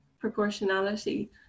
proportionality